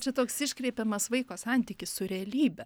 čia toks iškreipiamas vaiko santykis su realybe